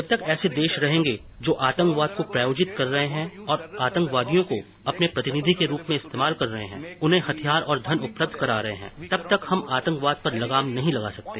जब तक ऐसे देश रहेंगे जो आतंकवाद को प्रायोजित कर रहे है और आतंकवादियों का अपने प्रतिनिधि को रूप में इस्तेमाल कर रहे हैं उन्हें हथियार और धन उपलब्ध करा रहे हैं तब तक हम आतंकवाद पर लगाम नहीं लगा सकते